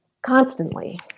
Constantly